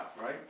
right